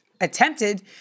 attempted